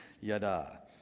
yada